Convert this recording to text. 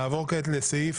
נעבור כעת לסעיף